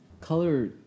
color